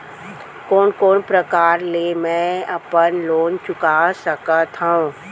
कोन कोन प्रकार ले मैं अपन लोन चुका सकत हँव?